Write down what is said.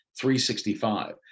365